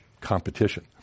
competition